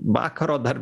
vakaro dar